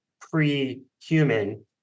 pre-human